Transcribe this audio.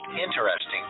interesting